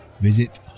Visit